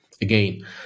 Again